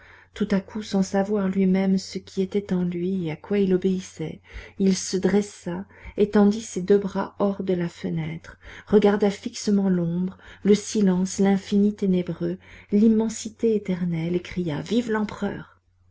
tout à coup sans savoir lui-même ce qui était en lui et à quoi il obéissait il se dressa étendit ses deux bras hors de la fenêtre regarda fixement l'ombre le silence l'infini ténébreux l'immensité éternelle et cria vive l'empereur